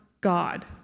god